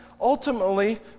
ultimately